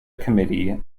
committee